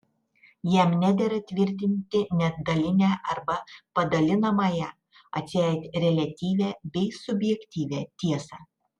jam nedera tvirtinti net dalinę arba padalinamąją atseit reliatyvią bei subjektyvią tiesą